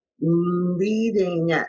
leading